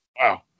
Wow